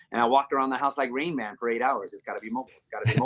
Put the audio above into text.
and i walked around the house like rain man for eight hours. it's got to be mobile, it's got to